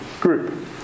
group